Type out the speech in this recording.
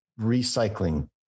recycling